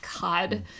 God